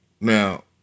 Now